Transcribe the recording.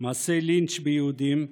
מעשי לינץ' ביהודים,